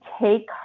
take